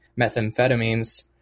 methamphetamines